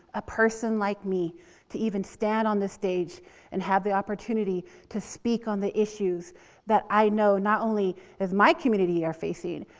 a person like me to even stand on this stage and have the opportunity to speak on the issues that i know, not only is my are community are facing,